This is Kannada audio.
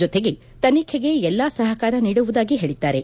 ಜೊತೆಗೆ ತನಿಖೆಗೆ ಎಲ್ಲಾ ಸಹಕಾರ ನೀಡುವುದಾಗಿ ಹೇಳಿದ್ದಾರೆ